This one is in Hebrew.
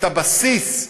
הבסיס,